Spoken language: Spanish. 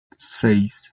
seis